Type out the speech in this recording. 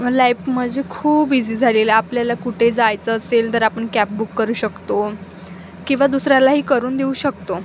life म्हणजे खूप easy झालेलं आहे आपल्याला कुठे जायचं असेल तर आपण कॅब बुक करू शकतो किंवा दुसऱ्यालाही करून देऊ शकतो